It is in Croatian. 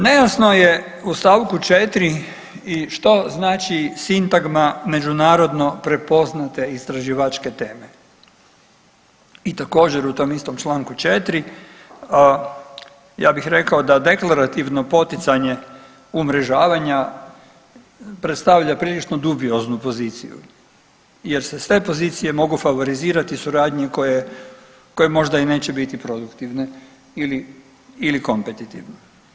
Nejasno je u st. 4. i što znači sintagma međunarodno prepoznate istraživačke teme i također u tom istom čl. 4.ja bih rekao da deklarativno poticanje umrežavanja predstavlja prilično dubioznu poziciju jer se sve pozicije mogu favorizirati u suradnji koje može i neće biti produktivne ili kompetitivne.